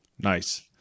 Nice